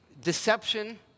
deception